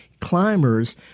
Climbers